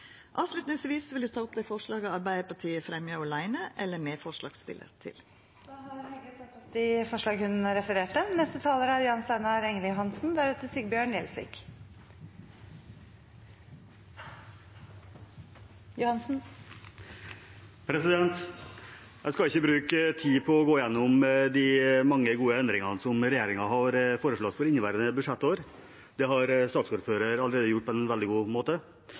Avslutningsvis vil eg ta opp dei forslaga Arbeidarpartiet fremjar åleine eller er medforslagsstillar til. Representanten Ingrid Heggø har tatt opp de forslagene hun refererte til. Jeg skal ikke bruke tid på å gå gjennom de mange gode endringene som regjeringen har foreslått for inneværende budsjettår, for det har saksordføreren allerede gjort på en veldig god måte.